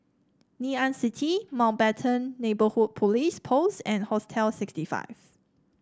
Ngee Ann City Mountbatten Neighbourhood Police Post and Hostel sixty five